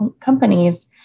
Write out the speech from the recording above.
companies